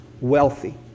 wealthy